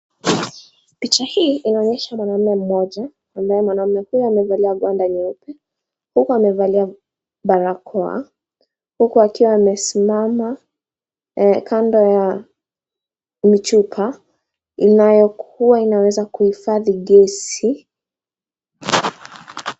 Picha hii inaonyesha mwanaume mmoja, ambaye mwanaume huyu amevalia banda nyeupe huku amevalia barakoa, huku akiwa amesimama eh kando ya michupa inayokuwa inaweza kuhifadhi gesi.